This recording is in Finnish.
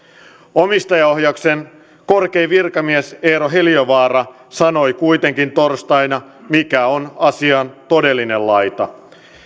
omistajaohjauksen korkein virkamies eero heliövaara sanoi kuitenkin torstaina mikä on asian todellinen laita